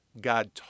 God